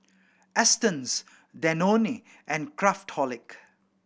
Astons Danone and Craftholic